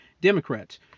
Democrats